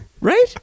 Right